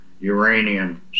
uranium